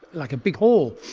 like a big hall,